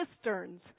cisterns